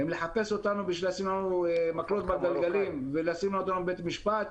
לחפש אותנו בשביל לשים לנו מקלות בגלגלים ולשים אותנו בבית משפט?